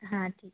हाँ ठीक है